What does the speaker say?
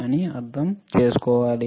అని అర్థం చేసుకోవాలి